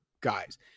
guys